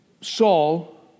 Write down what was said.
Saul